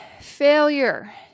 failure